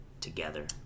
together